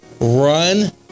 run